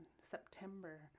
September